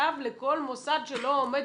מכתב לכל מוסד שלא עומד?